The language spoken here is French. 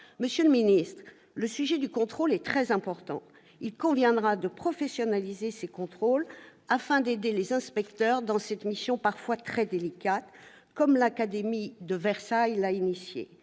Monsieur le ministre, le sujet du contrôle est très important. Il conviendra de professionnaliser ces contrôles, afin d'aider les inspecteurs dans cette mission parfois très délicate, comme l'académie de Versailles l'a initié.